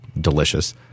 delicious